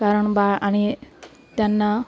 कारण बा आणि त्यांना